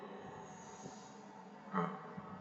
ah